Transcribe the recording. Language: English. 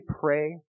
pray